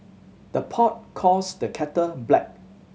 the pot calls the kettle black